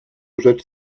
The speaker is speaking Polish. rzecz